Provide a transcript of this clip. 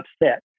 upset